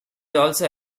also